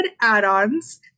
add-ons